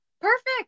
Perfect